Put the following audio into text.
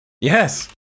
Yes